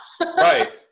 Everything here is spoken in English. Right